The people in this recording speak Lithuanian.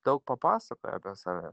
daug papasakoja apie save